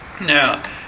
Now